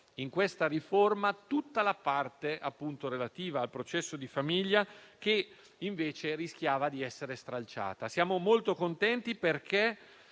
in questa riforma tutta la parte relativa, appunto, al processo di famiglia, che invece rischiava di essere stralciata. Siamo molto contenti perché